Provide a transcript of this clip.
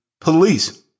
police